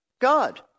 God